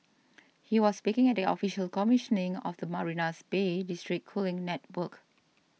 he was speaking at the official commissioning of the Marina's Bay district cooling network